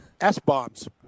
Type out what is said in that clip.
S-bombs